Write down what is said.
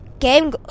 game